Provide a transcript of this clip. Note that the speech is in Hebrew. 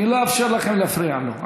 אני לא אאפשר לכם להפריע לו.